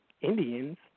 Indians